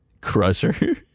Crusher